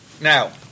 Now